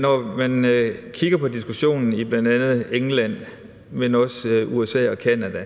når man kigger på diskussionen i bl.a. England, men også i USA og Canada,